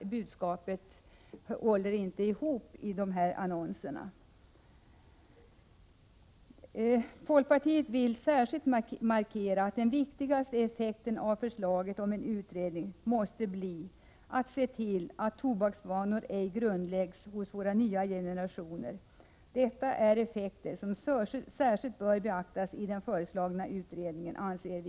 Budskapet är inte entydigt i dessa annonser. Folkpartiet vill särskilt markera att den viktigaste effekten av en utredning måste bli förslag som syftar till att tobaksvanor ej grundläggs hos våra kommande generationer. Detta är något som särskilt bör beaktas i den föreslagna utredningen, anser